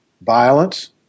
violence